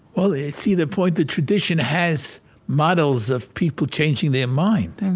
well, it's either point. the tradition has models of people changing their mind.